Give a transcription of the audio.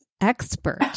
expert